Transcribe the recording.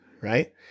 right